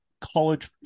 college